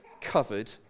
covered